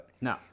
No